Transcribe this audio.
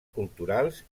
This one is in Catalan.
culturals